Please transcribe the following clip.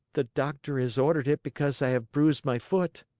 the doctor has ordered it because i have bruised my foot.